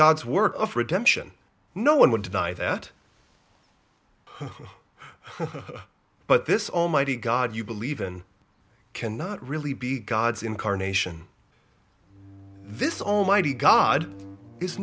god's work of redemption no one would deny that but this almighty god you believe in cannot really be god's incarnation this almighty god i